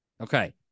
Okay